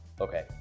Okay